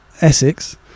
Essex